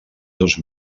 dos